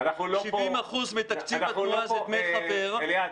70% מתקציב התנועה זה דמי חבר -- אליעד,